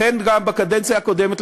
לכן גם בקדנציה הקודמת,